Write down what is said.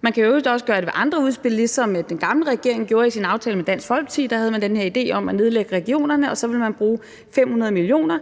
Man kan i øvrigt også gøre det med andre udspil, ligesom den tidligere regering gjorde i sin aftale med Dansk Folkeparti. Der havde man den her idé om at nedlægge regionerne, og de 500 mio.